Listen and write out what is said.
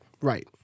Right